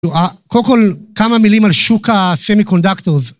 קודם כל כמה מילים על שוק ה-סמי-קונדקטורס